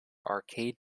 arcade